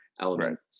elements